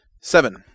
Seven